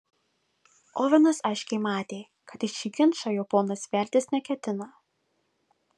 ovenas aiškiai matė kad į šį ginčą jo ponas veltis neketina